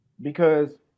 because-